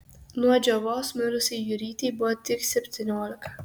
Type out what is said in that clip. nuo džiovos mirusiai jurytei buvo tik septyniolika